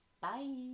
Bye